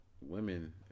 women